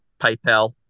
PayPal